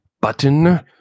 Button